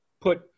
put